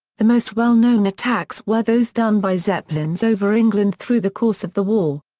the most well known attacks were those done by zeppelins over england through the course of the war.